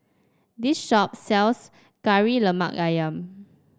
this shop sells Kari Lemak ayam